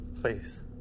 Please